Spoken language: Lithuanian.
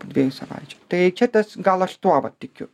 po dviejų savaičių tai čia tas gal aš tuo vat tikiu